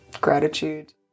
gratitude